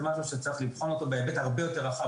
זה משהו שצריך לבחון אותו בהיבט הרבה יותר רחב.